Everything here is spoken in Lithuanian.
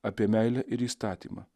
apie meilę ir įstatymą